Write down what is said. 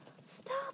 Stop